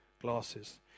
glasses